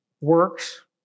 works